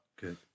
Good